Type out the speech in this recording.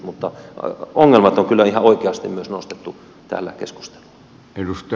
mutta ongelmat on kyllä ihan oikeasti myös nostettu täällä keskusteluun